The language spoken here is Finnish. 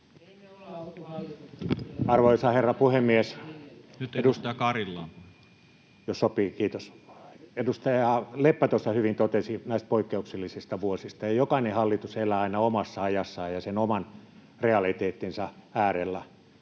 Arvoisa herra puhemies! Jos sopii, kiitos. — Edustaja Leppä tuossa hyvin totesi näistä poikkeuksellisista vuosista, ja jokainen hallitus elää aina omassa ajassaan ja sen oman realiteettinsa äärellä.